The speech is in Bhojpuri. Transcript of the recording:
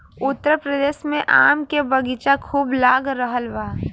उत्तर प्रदेश में आम के बगीचा खूब लाग रहल बा